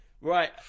Right